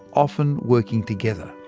often working together.